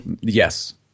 yes